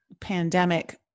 pandemic